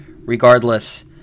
regardless